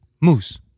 Moose